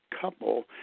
couple